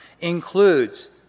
includes